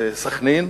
בסח'נין,